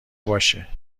باشه